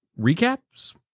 recaps